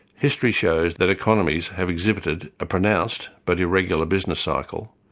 history shows that economies have exhibited a pronounced, but irregular business cycle,